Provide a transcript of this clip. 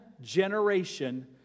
generation